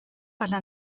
para